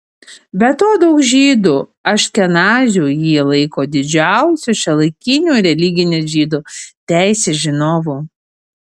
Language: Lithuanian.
be to daug žydų aškenazių jį laiko didžiausiu šiuolaikiniu religinės žydų teisės žinovu